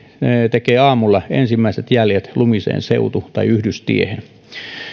tekee aamulla ensimmäiset jäljet lumiseen seutu tai yhdystiehen